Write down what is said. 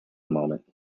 moment